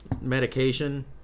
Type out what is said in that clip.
medication